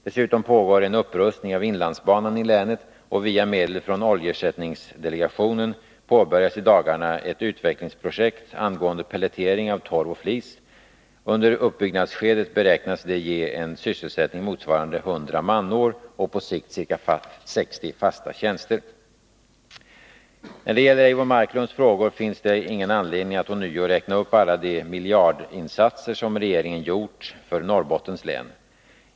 Dessutom pågår en upprustning av inlandsbanan i länet, och via medel från oljeersättningsdelegationen påbörjas i dagarna ett utvecklingsprojekt angående pelletering av torv och flis, vilket under uppbyggnadsskedet beräknas ge en sysselsättning motsvarande 100 manår och på sikt ca 60 fasta tjänster. När det gäller Eivor Marklunds frågor finns det ingen anledning att ånyo räkna upp alla de miljardinsatser som regeringen gjort för Norrbottens län.